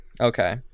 Okay